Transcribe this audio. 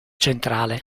centrale